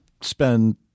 spend